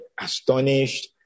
astonished